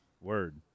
Word